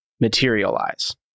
materialize